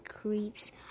creeps